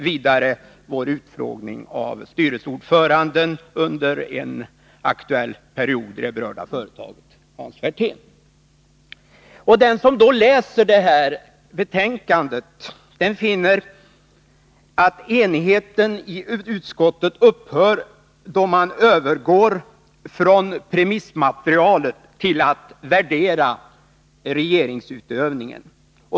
Även utfrågningen av styrelseordföranden under en aktuell period i det berörda företaget, Hans Werthén, finns med. Den som läser betänkandet finner att enigheten i utskottet upphör då man övergår från premissmaterialet till att värdera regeringsutövningen.